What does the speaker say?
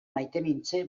maitemintze